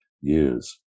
years